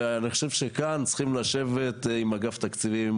ואני חושב שכאן צריכים לשבת עם אגף תקציבים,